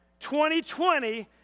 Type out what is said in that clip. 2020